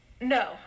No